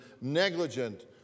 negligent